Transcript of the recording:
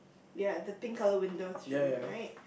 ya the pink colour window to your right